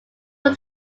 were